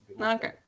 okay